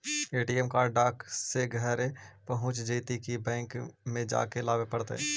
ATM card डाक से घरे पहुँच जईतै कि बैंक में जाके लाबे पड़तै?